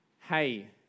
Hey